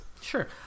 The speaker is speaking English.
Sure